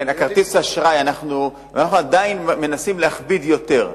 אנחנו עדיין מנסים להכביד יותר.